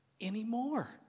anymore